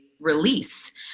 release